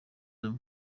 umwe